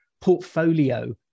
portfolio